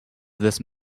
this